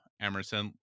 Emerson